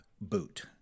boot